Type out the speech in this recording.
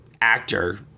actor